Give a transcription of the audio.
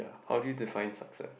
how you define success